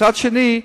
מצד שני,